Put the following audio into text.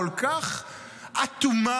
כל כך אטומה,